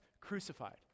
crucified